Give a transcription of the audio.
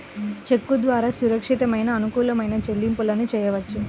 చెక్కు ద్వారా సురక్షితమైన, అనుకూలమైన చెల్లింపులను చెయ్యొచ్చు